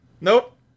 Nope